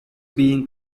being